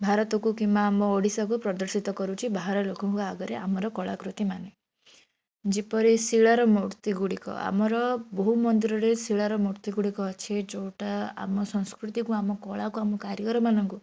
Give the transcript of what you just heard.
ଭାରତକୁ କିମ୍ବା ଆମ ଓଡ଼ିଶାକୁ ପ୍ରଦର୍ଶିତ କରୁଚଛି ବାହାର ଲୋକଙ୍କ ଆଗରେ ଆମର କଳାକୃତି ମାନେ ଯେପରି ଶିଳାର ମୂର୍ତ୍ତି ଗୁଡ଼ିକ ଆମର ବହୁ ମନ୍ଦିରରେ ଶିଳାର ମୂର୍ତ୍ତି ଗୁଡ଼ିକ ଅଛି ଯୋଉଟା ଆମ ସଂସ୍କୃତିକୁ ଆମ କଳାକୁ ଆମ କାରିଗରମାନଙ୍କୁ